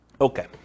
Okay